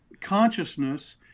consciousness